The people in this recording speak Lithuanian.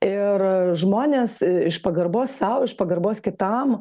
ir žmonės iš pagarbos sau iš pagarbos kitam